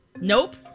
Nope